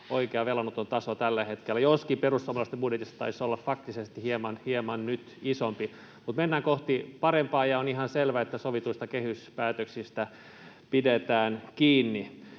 oikea velanoton taso tällä hetkellä, joskin perussuomalaisten budjetissa se taisi olla nyt faktisesti hieman isompi. Mutta mennään kohti parempaa, ja on ihan selvä, että sovituista kehyspäätöksistä pidetään kiinni.